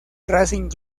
racing